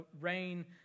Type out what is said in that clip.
rain